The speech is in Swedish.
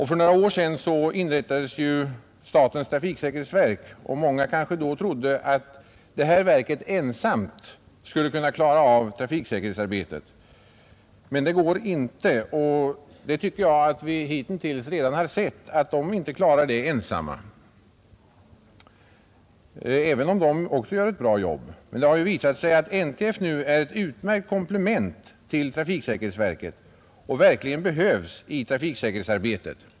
För några år sedan inrättades statens trafiksäkerhetsverk, och många kanske trodde att det verket ensamt skulle kunna klara av trafiksäkerhetsarbetet. Men jag tycker att vi redan har sett att verket inte klarar det arbetet självt, även om också verket gör ett bra jobb. Det har visat sig att NTF nu är ett utmärkt komplement till trafiksäkerhetsverket och att föreningen verkligen behövs i trafiksäkerhetsarbetet.